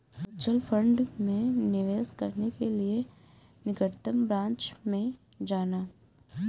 mutual fund में निवेश करने के लिए निकटतम ब्रांच में जाना